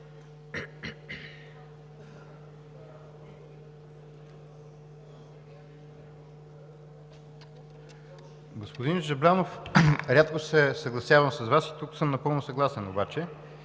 Господин Жаблянов, рядко се съгласявам с Вас, тук съм напълно съгласен обаче.